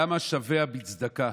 למה "שביה בצדקה"?